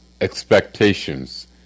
expectations